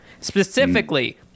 specifically